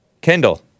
Kendall